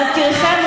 להזכירכם,